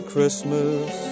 Christmas